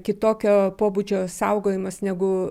kitokio pobūdžio saugojimas negu